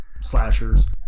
slashers